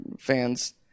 fan's